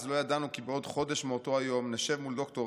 אז לא ידענו כי בעוד חודש מאותו היום נשב מול ד"ר